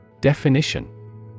Definition